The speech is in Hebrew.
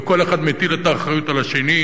וכל אחד מטיל את האחריות על השני,